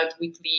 weekly